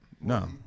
No